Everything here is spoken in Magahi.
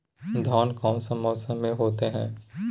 धान कौन सा मौसम में होते है?